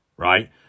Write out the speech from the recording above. Right